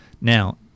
Now